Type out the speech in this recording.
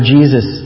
Jesus